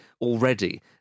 already